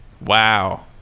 Wow